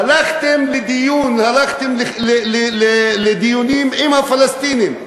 הלכתם לדיון, הלכתם לדיונים עם הפלסטינים,